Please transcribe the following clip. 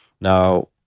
Now